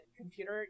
computer